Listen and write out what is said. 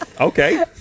Okay